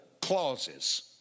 clauses